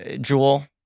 Jewel